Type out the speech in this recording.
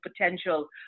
potential